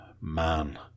Man